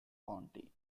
county